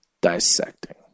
dissecting